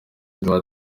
eduardo